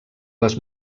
les